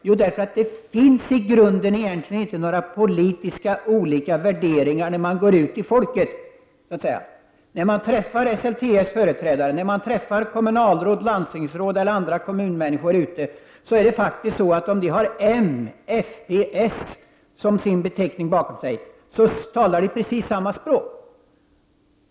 Jo, därför att det i grunden egentligen inte finns några politiskt olika värderingar i fråga om detta ute hos folket. När man träffar SLT:s företrädare, kommunalråd, landstingsråd eller andra människor som är verksamma i kommunerna, visar det sig att de, oavsett om de är moderater, folkpartister eller socialdemokrater, talar precis samma språk.